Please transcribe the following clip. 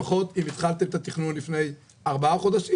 אם התחלתם את התכנון לפני ארבעה חודשים,